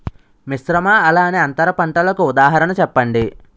మిశ్రమ అలానే అంతర పంటలకు ఉదాహరణ చెప్పండి?